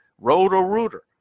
Roto-Rooter